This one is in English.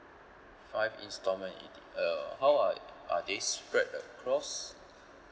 five installment in the uh how are are they spread across